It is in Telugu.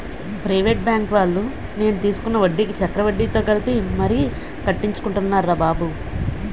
ప్రైవేటు బాంకువాళ్ళు నేను తీసుకున్న వడ్డీకి చక్రవడ్డీతో కలిపి మరీ కట్టించుకున్నారురా బాబు